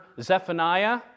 Zephaniah